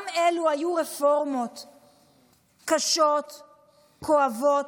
גם אלו היו רפורמות קשות, כואבות,